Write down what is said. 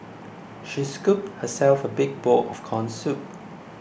she scooped herself a big bowl of Corn Soup